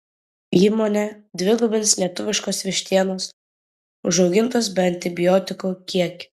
įmonė dvigubins lietuviškos vištienos užaugintos be antibiotikų kiekį